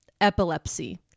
epilepsy